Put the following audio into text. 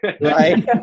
right